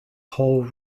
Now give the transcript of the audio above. hall